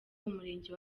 umurenge